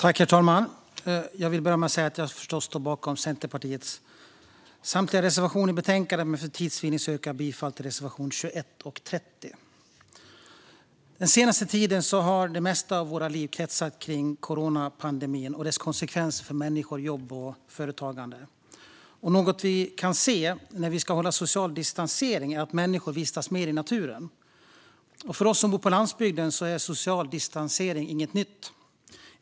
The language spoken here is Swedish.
Herr talman! Jag vill börja med att säga att jag förstås står bakom Centerpartiets samtliga reservationer i betänkandet, men för tids vinnande yrkar jag bifall endast till reservationerna 21 och 30. Den senaste tiden har det mesta i våra liv kretsat kring coronapandemin och dess konsekvenser för människor, jobb och företagande. Något som vi kan se, när vi ska hålla social distansering, är att människor vistas mer i naturen. För oss som bor på landsbygden är social distansering inget nytt.